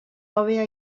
hobea